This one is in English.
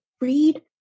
read